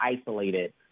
isolated